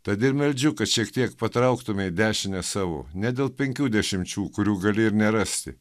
tad ir meldžiu kad šiek tiek patrauktumei dešinę savo ne dėl penkių dešimčių kurių gali ir nerasti